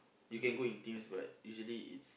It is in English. you can go in teams but usually it's